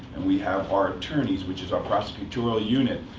and we have our attorneys, which is our prosecutorial unit.